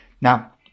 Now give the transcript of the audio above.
Now